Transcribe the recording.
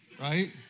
right